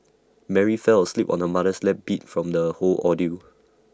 Mary fell asleep on her mother's lap beat from the whole ordeal